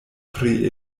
pri